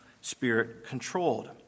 spirit-controlled